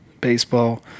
baseball